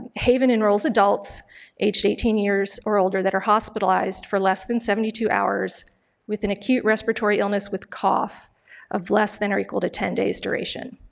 haven enrolls adults aged eighteen years or older that are hospitalized for less than seventy two hours with an acute respiratory illness with cough of less than or equal to ten days duration.